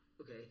Okay